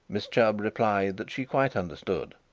miss chubb replied that she quite understood.